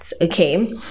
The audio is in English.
okay